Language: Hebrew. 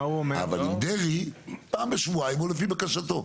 אבל עם דרעי פעם בשבועיים או לפי בקשתו.